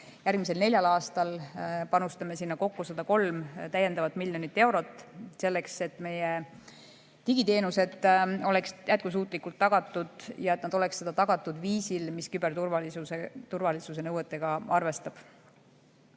Järgmisel neljal aastal panustame sinna kokku 103 täiendavat miljonit eurot, selleks et meie digiteenused oleksid jätkusuutlikult tagatud ja et need oleksid tagatud viisil, mis küberturvalisuse nõuetega arvestab. Kiiret